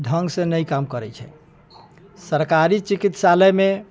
ढङ्गसँ नहि काम करै छै सरकारी चिकित्सालयमे